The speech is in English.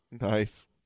Nice